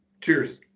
Cheers